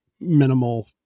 minimal